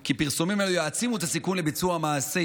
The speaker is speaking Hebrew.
כי פרסומים אלו יעצימו את הסיכון לביצוע מעשי